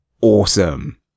awesome